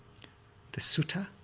the sutta,